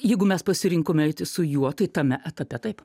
jeigu mes pasirinkom eiti su juo tai tame etape taip